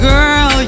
Girl